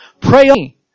Pray